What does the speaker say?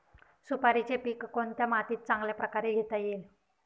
सुपारीचे पीक कोणत्या मातीत चांगल्या प्रकारे घेता येईल?